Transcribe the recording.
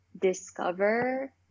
discover